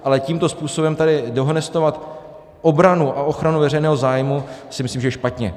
Ale tímto způsobem tady dehonestovat obranu a ochranu veřejného zájmu, si myslím, že je špatně.